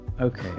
okay